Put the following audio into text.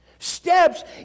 Steps